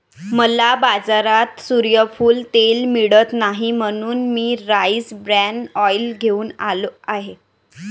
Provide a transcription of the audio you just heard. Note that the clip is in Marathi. मला बाजारात सूर्यफूल तेल मिळत नाही म्हणून मी राईस ब्रॅन ऑइल घेऊन आलो आहे